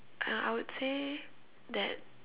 uh I would say that